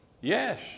Yes